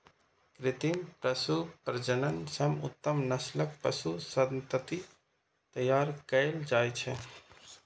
कृत्रिम पशु प्रजनन सं उत्तम नस्लक पशु संतति तैयार कएल जाइ छै